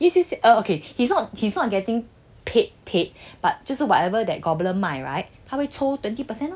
he is err okay he is not he is not getting paid paid 就是 whatever that gobbler 卖 right 他会抽 eighty percent